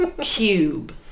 Cube